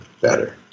better